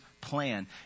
plan